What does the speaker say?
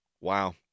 Wow